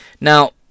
Now